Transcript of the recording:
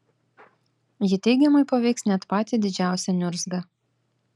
ji teigiamai paveiks net patį didžiausią niurzgą